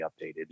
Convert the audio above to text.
updated